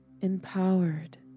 empowered